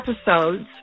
episodes